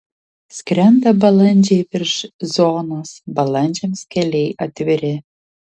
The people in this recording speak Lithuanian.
skrenda balandžiai virš zonos balandžiams keliai atviri